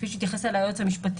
כפי שהתייחס אליה היועץ המשפטי,